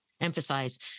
emphasize